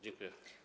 Dziękuję.